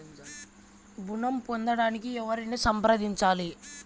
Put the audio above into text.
ఋణం పొందటానికి ఎవరిని సంప్రదించాలి?